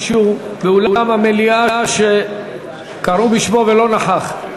באולם המליאה שקראו בשמו ולא נכח?